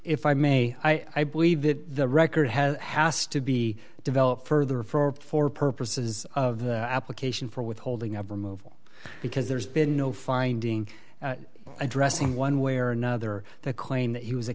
if i may i believe that the record has has to be developed further for for purposes of the application for withholding of removal because there's been no finding addressing one way or another the claim that he was a